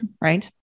right